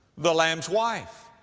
the lamb's wife.